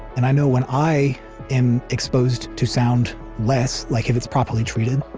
and i know when i am exposed to sound less, like if it's properly treated,